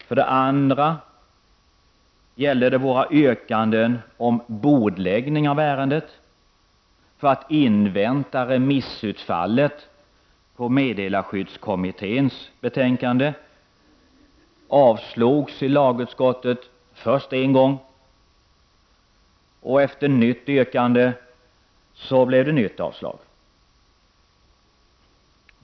För det andra gäller det våra yrkanden om bordläggning av ärendet för att invänta remissutfallet på meddelarskyddskommitténs betänkande. Det yrkandet avstyrktes i lagutskottet först en gång och sedan, efter ett nytt yrkande, blev det på nytt ett avstyrkande.